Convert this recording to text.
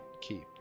keep